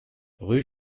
rue